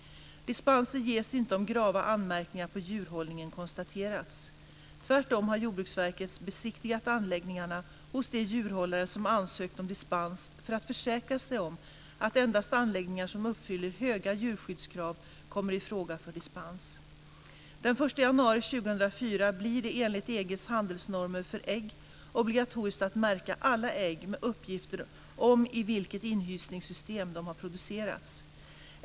Dispenser ges inte om grava anmärkningar på djurhållningen konstaterats. Tvärtom har Jordbruksverket besiktigat anläggningarna hos de djurhållare som ansökt om dispens för att försäkra sig om att endast anläggningar som uppfyller höga djurskyddskrav kommer i fråga för dispens. Den 1 januari 2004 blir det, enligt EG:s handelsnormer för ägg, obligatoriskt att märka alla ägg med uppgifter om i vilket inhysningssystem de har producerats.